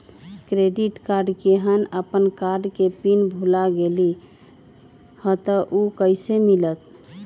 Credit card केहन अपन card के पिन भुला गेलि ह त उ कईसे मिलत?